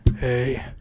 Hey